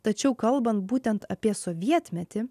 tačiau kalbant būtent apie sovietmetį